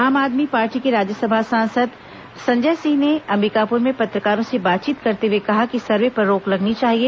आम आदमी पार्टी के राज्यसभा सांसद संजय सिंह ने अंबिकापुर में पत्रकारों से बातचीत करते हुए कहा कि सर्वे पर रोक लगनी चाहिए